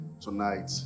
tonight